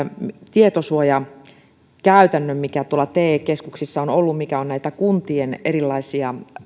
tietosuojakäytännön mikä tuolla te keskuksissa on ollut mikä on näitä kuntien erilaisia